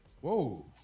Whoa